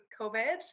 COVID